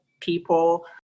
people